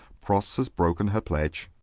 pross has broken her pledge.